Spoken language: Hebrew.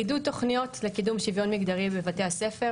עידוד תוכניות לקידום שוויון מגדרי בבתי הספר